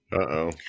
Uh-oh